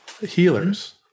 healers